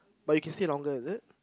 but you can stay longer is it